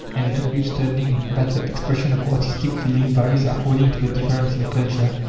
and, notwithstanding that the expression of artistic feeling varies according to the difference in culture,